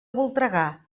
voltregà